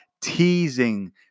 teasing